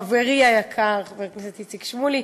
חברי היקר חבר הכנסת איציק שמולי,